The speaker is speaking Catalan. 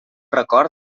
record